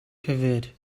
verwirrt